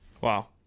Wow